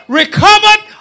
recovered